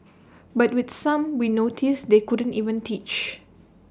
but with some we noticed they couldn't even teach